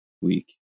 week